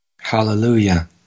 Hallelujah